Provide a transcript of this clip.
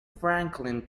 franklin